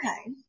Okay